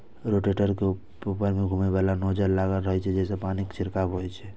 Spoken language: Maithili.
रोटेटर के ऊपर मे घुमैबला नोजल लागल रहै छै, जइसे पानिक छिड़काव होइ छै